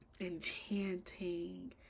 Enchanting